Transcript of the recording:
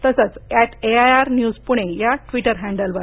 तसंच at AIR news Pune या Twitter हँडलवर